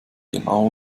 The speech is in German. genauer